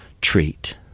treat